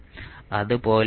അതുപോലെ എന്താണ് വി 0